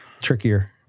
trickier